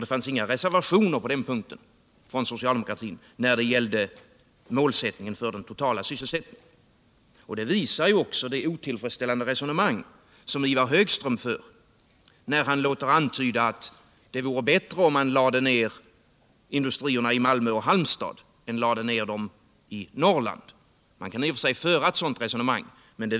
Det fanns inga reservationer från socialdemokraterna på den punkt som gällde målsättningen för den totala sysselsättningen. Och det visar ju det otillfredsställande resonemang Ivar Högström för när han låter antyda att det vore bättre om man lade ner industrierna i Malmö och Halmstad än i Norrland. Man kan i och för sig föra ett sådant resonemang, men det